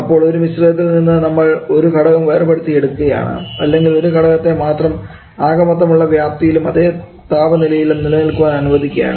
അപ്പോൾ ഒരു മിശ്രിതത്തിൽ നിന്നും നമ്മൾ ഒരു ഘടകം വേർപെടുത്തി എടുക്കുകയാണ് അല്ലെങ്കിൽ ഒരു ഘടകത്തെ മാത്രം ആകെ മൊത്തം ഉള്ളത്ര വ്യാപ്തിയിലും അതേ താപനിലയിലും നിലനിൽക്കുവാൻ അനുവദിക്കുകയാണ്